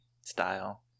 style